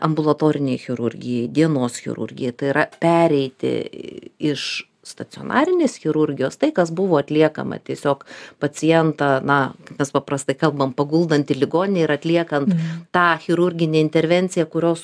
ambulatorinei chirurgijai dienos chirurgijai tai yra pereiti iš stacionarinės chirurgijos tai kas buvo atliekama tiesiog pacientą na mes paprastai kalbam paguldant į ligoninę ir atliekant tą chirurginę intervenciją kurios